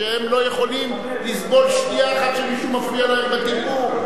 שהם לא יכולים לסבול שנייה אחת שמישהו מפריע להם בדיבור,